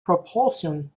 propulsion